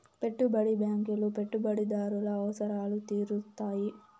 పెట్టుబడి బ్యాంకులు పెట్టుబడిదారుల అవసరాలు తీరుత్తాయి